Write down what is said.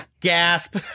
gasp